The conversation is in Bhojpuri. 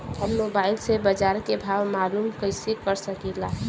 हम मोबाइल से बाजार के भाव मालूम कइसे कर सकीला?